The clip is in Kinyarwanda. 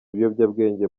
ibiyobyabwenge